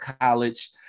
college